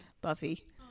buffy